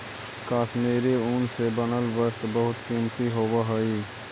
कश्मीरी ऊन से बनल वस्त्र बहुत कीमती होवऽ हइ